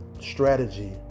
strategy